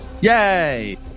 Yay